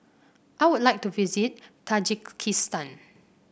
I would like to visit Tajikistan